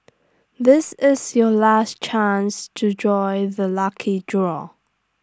this is your last chance to join the lucky draw